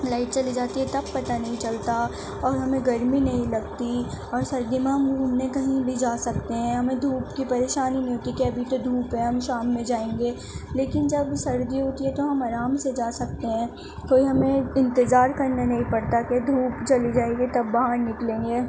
light چلی جاتی ہے تب پتہ نہیں چلتا اور ہمیں گرمی نہیں لگتی اور سردی میں ہم گھومنے کہیں بھی جا سکتے ہیں ہمیں دُھوپ کی پریشانی نہیں کہ ابھی تو دُھوپ ہے ہم شام میں جائیں گے لیکن جب سردی ہوتی ہے تو ہم آرام سے جا سکتے ہیں کوئی ہمیں انتظار کرنا نہیں پڑتا کہ دُھوپ چلی جائے گی تب باہر نکلیں گے